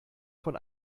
von